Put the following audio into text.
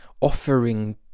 offering